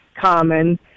common